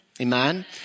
Amen